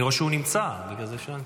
אני רואה שהוא נמצא, בגלל זה שאלתי.